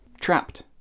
trapped